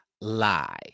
Lie